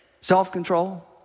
self-control